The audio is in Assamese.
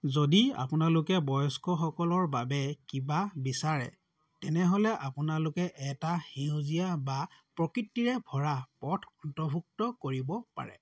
যদি আপোনালোকে বয়স্কসকলৰ বাবে কিবা বিচাৰে তেনেহ'লে আপোনালোকে এটা সেউজীয়া বা প্ৰকৃতিৰে ভৰা পথ অন্তৰ্ভুক্ত কৰিব পাৰে